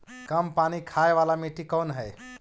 कम पानी खाय वाला मिट्टी कौन हइ?